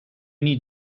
need